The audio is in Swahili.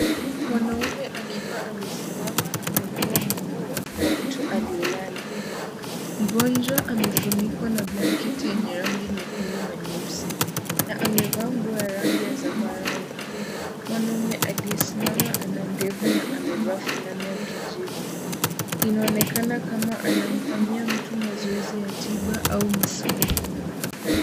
Mwanaume akiwa amesimama anainua mguu wa mtu aliyelala. Mgonjwa amefunikwa na blanketi yenye rangi nyekundu na nyeusi na amevaa nguo ya rangi ya zambarau. Mwanaume aliyesimama ana ndevu na amevaa fulana ya kijivu. Inaonekana kama anamfanyia mtu mazoezi ya tiba au misuli.